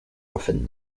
within